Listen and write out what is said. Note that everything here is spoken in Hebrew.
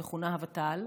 המכונה הוות"ל,